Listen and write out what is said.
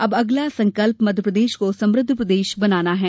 अब अगला संकल्प मध्यप्रदेश को समृद्ध प्रदेश बनाना है